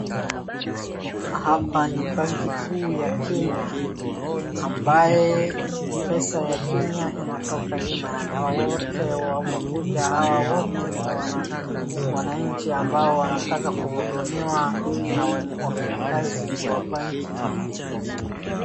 hapa ni benki kuu ya kenya ambaye pesa ya kenya inatoka hii mahali , hawa wote wamekuja wanaanchi ambao wanataka kuhudumiwa na wafanyakazi wa benki